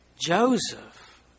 joseph